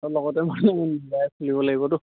আৰু লগতে মানে মিলাই মেলি চলিব লাগিবতো